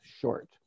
short